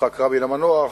יצחק רבין המנוח,